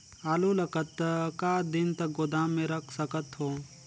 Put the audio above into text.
आलू ल कतका दिन तक गोदाम मे रख सकथ हों?